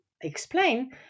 explain